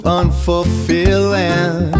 unfulfilling